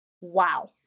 Wow